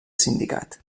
sindicat